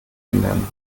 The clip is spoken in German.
ändern